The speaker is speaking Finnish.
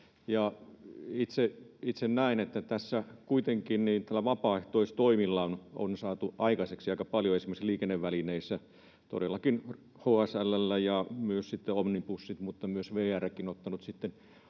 Itse näen, että tässä kuitenkin näillä vapaaehtoistoimilla on saatu aikaiseksi aika paljon esimerkiksi liikennevälineissä. Todellakin HSL ja myös sitten OnniBus ja VR ja monet